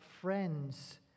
friends